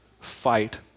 fight